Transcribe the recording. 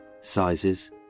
sizes